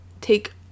take